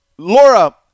Laura